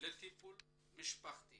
לטיפול משפחתי